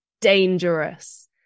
dangerous